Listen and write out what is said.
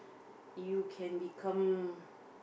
you can become